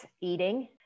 eating